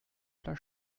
oder